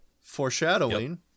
Foreshadowing